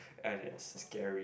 and it's scary